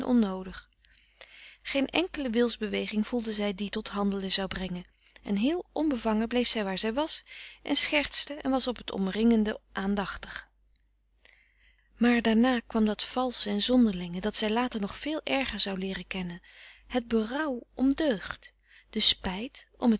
onnoodig geen enkele wilsbeweging voelde zij die tot handelen zou brengen en heel onbevangen bleef zij waar zij was en schertste en was op t omringende aandachtig maar daarna kwam dat valsche en zonderlinge dat zij later nog veel erger zou leeren kennen het berouw om deugd de spijt